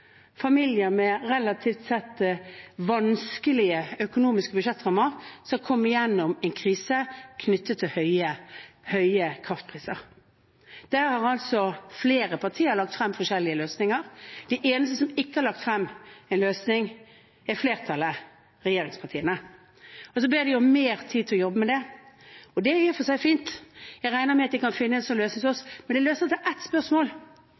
familier med relativt sett vanskelige økonomiske budsjettrammer, skal komme gjennom en krise knyttet til høye kraftpriser. Der har flere partier lagt frem forskjellige løsninger. De eneste som ikke har lagt frem en løsning, er flertallet, regjeringspartiene, og så ber de om mer tid til å jobbe med det, og det er i og for seg fint. Jeg regner med at de kan finne en sånn løsning, men det er ett spørsmål: